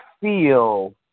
feel